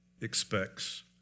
expects